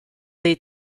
dei